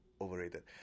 overrated